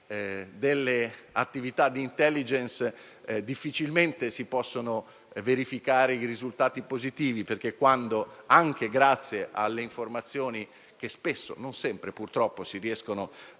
delle attività di *intelligence* difficilmente si possono verificare i risultati positivi: infatti, anche quando, grazie a delle informazioni che spesso, ma non sempre, purtroppo, si riescono ad